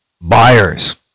buyers